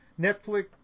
Netflix